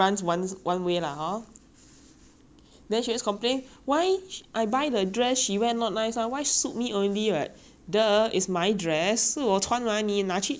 then she just complain why I buy the dress she wear not nice [one] why suit me only like !duh! it's my dress 是我穿的吗你拿去你抢去穿 then 才讲难看你活该 lah